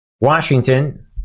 Washington